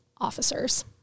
officers